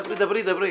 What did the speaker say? דברי, דברי.